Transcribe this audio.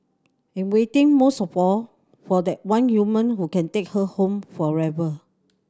and waiting most of all for that one human who can take her home forever